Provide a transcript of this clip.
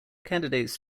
candidates